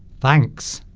thanks